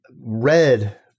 red